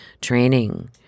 training